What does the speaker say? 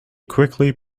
quickly